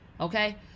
okay